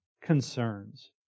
concerns